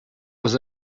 was